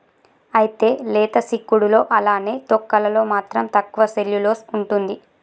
అయితే లేత సిక్కుడులో అలానే తొక్కలలో మాత్రం తక్కువ సెల్యులోస్ ఉంటుంది